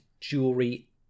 jewelry